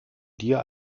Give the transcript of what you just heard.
dir